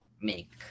make